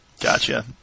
Gotcha